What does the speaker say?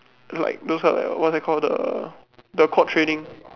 like those like what's that called the the quad training